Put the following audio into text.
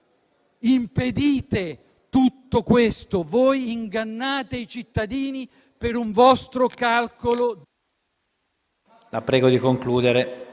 impedite tutto questo. Voi ingannate i cittadini per un vostro calcolo di potere.